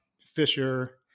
Fisher –